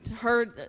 heard